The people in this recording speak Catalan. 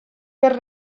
per